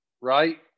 right